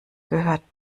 gehört